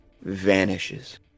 vanishes